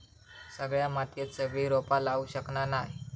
सगळ्या मातीयेत सगळी रोपा लावू शकना नाय